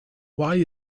why